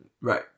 Right